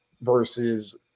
versus